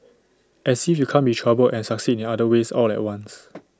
as if you can't be troubled and succeed in other ways all at once